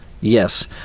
Yes